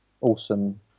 Awesome